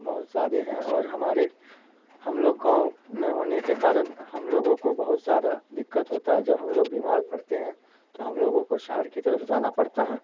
بہت زیادے ہیں اور ہمارے ہم لوگ گاؤں میں ہونے کے کارن ہم لوگوں کو بہت زیادہ دقت ہوتا ہے جب ہم لوگ بیمار پڑتے ہیں تو ہم لوگوں کو شہر کی طرف جانا پڑتا ہے